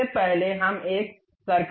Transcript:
सबसे पहले हम एक सर्कल बनाने जा रहे हैं